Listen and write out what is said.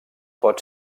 pot